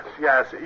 yes